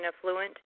affluent